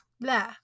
Blah